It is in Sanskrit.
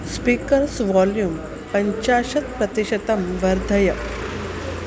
स्पीकर्स् वाल्यूं पञ्चाशत् प्रतिशतं वर्धय